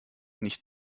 nicht